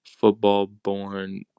football-born